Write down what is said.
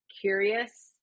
curious